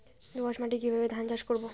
দোয়াস মাটি কিভাবে ধান চাষ করব?